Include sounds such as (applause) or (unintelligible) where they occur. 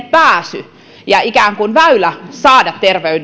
(unintelligible) pääsy ja ikään kuin väylä saada